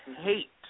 hate